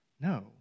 No